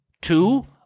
Two